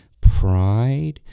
pride